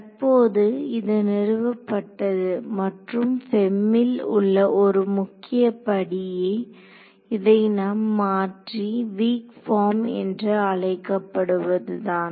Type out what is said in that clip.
தற்போது இது நிறுவப்பட்டது மற்றும் FEM ல் உள்ள ஒரு முக்கிய படியே இதை நாம் மாற்றி வீக் பார்ம் என்று அழைக்கப்படுவது தான்